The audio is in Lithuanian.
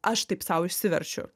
aš taip sau išsiverčiu